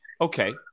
okay